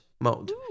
mode